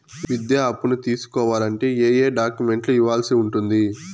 విద్యా అప్పును తీసుకోవాలంటే ఏ ఏ డాక్యుమెంట్లు ఇవ్వాల్సి ఉంటుంది